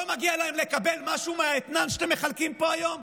לא מגיע להם לקבל משהו מהאתנן שאתם מחלקים פה היום?